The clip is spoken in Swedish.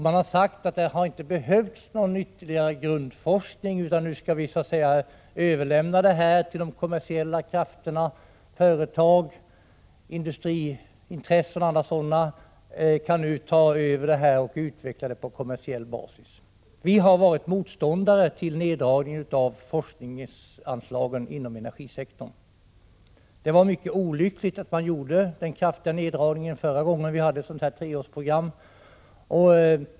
Man har sagt att det inte har behövts någon ytterligare grundforskning, utan att vi så att säga skall överlämna forskningen till de kommersiella krafterna, att företag, industriintressen m.m. kan ta över och utveckla det hela på kommersiell basis. Vi har varit motståndare till den neddragningen av forskningsanslagen inom energisektorn. Det var mycket olyckligt att man gjorde den kraftiga neddragningen förra gången vi beslutade om ett treårsprogram.